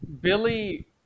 Billy